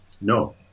No